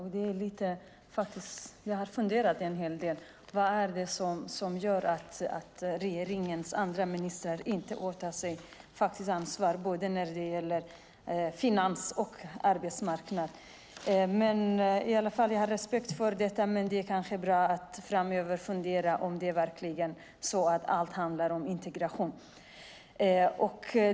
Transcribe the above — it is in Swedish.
Jag har funderat en hel del på vad det är som gör att regeringens andra ministrar inte åtar sig ansvar, till exempel finans och arbetsmarknadsministern. Jag har respekt för detta, men det kan vara bra att framöver fundera på om allt verkligen handlar om integration.